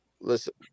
listen